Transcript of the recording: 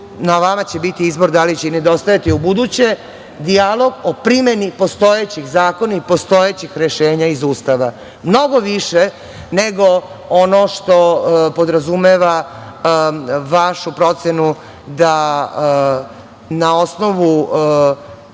Na vama će biti izbor da li će nedostajati i u buduće dijalog o primeni postojećih zakona i postojećih rešenja iz Ustava, mnogo više nego ono što podrazumeva vašu procenu da na osnovu